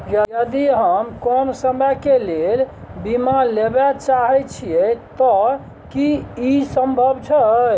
यदि हम कम समय के लेल बीमा लेबे चाहे छिये त की इ संभव छै?